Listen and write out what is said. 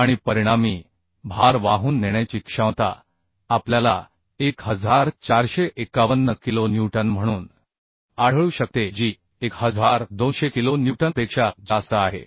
आणि परिणामी भार वाहून नेण्याची क्षमता आपल्याला 1451 किलो न्यूटन म्हणून आढळू शकते जी 1200 किलो न्यूटनपेक्षा जास्त आहे